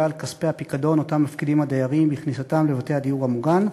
על כספי הפיקדון שאותם מפקידים הדיירים בכניסתם לבתי הדיור המוגן,